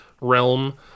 realm